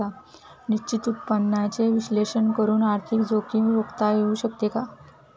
निश्चित उत्पन्नाचे विश्लेषण करून आर्थिक जोखीम रोखता येऊ शकते का?